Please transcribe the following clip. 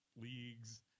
leagues